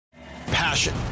Passion